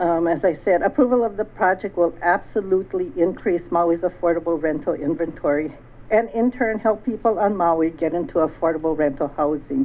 as i said approval of the project will absolutely increase my always affordable rental inventory and in turn help people on maui get into affordable rental housing